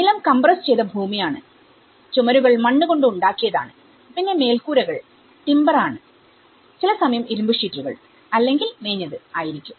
നിലം കമ്പ്രെസ്സ് ചെയ്ത ഭൂമിയാണ് ചുമരുകൾ മണ്ണ് കൊണ്ട് ഉണ്ടാക്കിയതാണ് പിന്നെ മേൽക്കൂരകൾ ടിമ്പർആണ് ചിലസമയം ഇരുമ്പ് ഷീറ്റുകൾ അല്ലെങ്കിൽ മേഞ്ഞത് ആയിരിക്കും